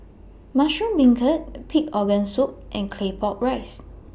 Mushroom Beancurd Pig Organ Soup and Claypot Rice